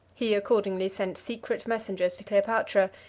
he accordingly sent secret messengers to cleopatra,